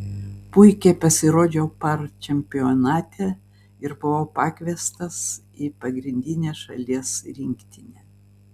puikiai pasirodžiau par čempionate ir buvau pakviestas į pagrindinę šalies rinktinę